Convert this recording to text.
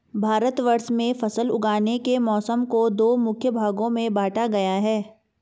भारतवर्ष में फसल उगाने के मौसम को दो मुख्य भागों में बांटा गया है